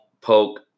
poke